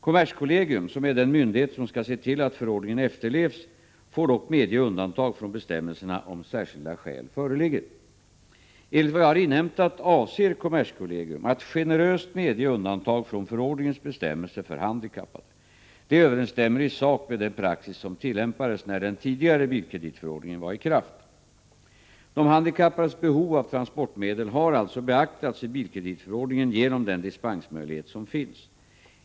Kommerskollegium, som är den myndighet som skall se till att förordningen efterlevs, får dock medge undantag från bestämmelserna om särskilda skäl föreligger. Enligt vad jag har inhämtat avser kommerskollegium att generöst medge undantag från förordningens bestämmelser för handikappade. Detta överensstämmer i sak med den praxis som tillämpades när den tidigare bilkreditförordningen var i kraft. De handikappades behov av transportmedel har alltså beaktats i bilkreditförordningen genom den dispensmöjlighet som finns.